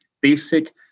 basic